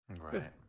right